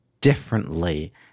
differently